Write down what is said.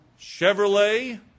Chevrolet